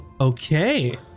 Okay